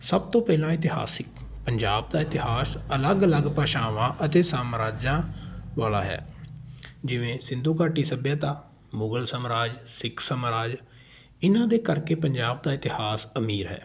ਸਭ ਤੋਂ ਪਹਿਲਾਂ ਇਤਿਹਾਸਿਕ ਪੰਜਾਬ ਦਾ ਇਤਿਹਾਸ ਅਲੱਗ ਅਲੱਗ ਭਾਸ਼ਾਵਾਂ ਅਤੇ ਸਮਰਾਜਾਂ ਵਾਲਾ ਹੈ ਜਿਵੇਂ ਸਿੰਧੂ ਘਾਟੀ ਸੱਭਿਅਤਾ ਮੁਗਲ ਸਮਰਾਜ ਸਿੱਖ ਸਮਰਾਜ ਇਹਨਾਂ ਦੇ ਕਰਕੇ ਪੰਜਾਬ ਦਾ ਇਤਿਹਾਸ ਅਮੀਰ ਹੈ